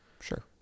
Sure